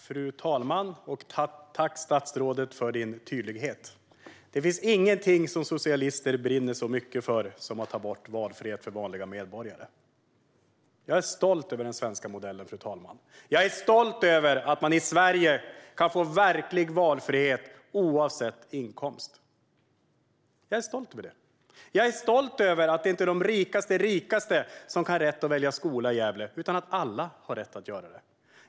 Fru talman! Tack, statsrådet, för din tydlighet! Det finns ingenting som socialister brinner så mycket för som att ta bort valfrihet för vanliga medborgare. Jag är stolt över den svenska modellen, fru talman. Jag är stolt över att man i Sverige kan få verklig valfrihet oavsett inkomst. Jag är stolt över att det inte är de rikaste rika som har rätt att välja skola i Gävle utan att alla har rätt att göra det.